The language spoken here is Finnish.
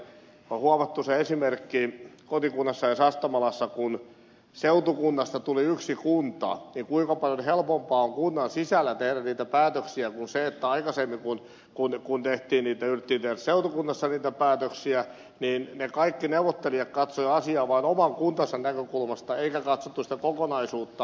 on huomattu esimerkiksi kotikunnassani sastamalassa kun seutukunnasta tuli yksi kunta kuinka paljon helpompaa on kunnan sisällä tehdä niitä päätöksiä verrattuna siihen että kun aikaisemmin yritettiin tehdä seutukunnassa niitä päätöksiä niin kaikki neuvottelijat katsoivat asiaa vaan oman kuntansa näkökulmasta eikä katsottu sitä kokonaisuutta